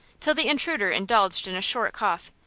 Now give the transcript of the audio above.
till the intruder indulged in a short cough,